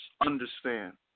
understand